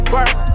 Work